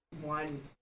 one